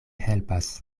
helpas